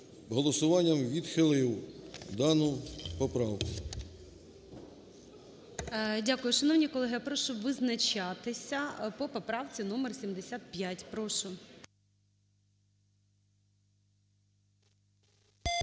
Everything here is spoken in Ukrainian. голосуванням відхилив дану поправку. ГОЛОВУЮЧИЙ. Дякую. Шановні колеги, прошу визначатися по поправці номер 75. Прошу.